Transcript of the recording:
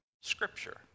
Scripture